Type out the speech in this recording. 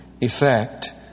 effect